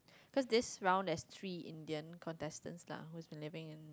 cause this round there is three Indian contestants lah that who has been living in